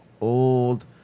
old